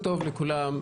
מקומו.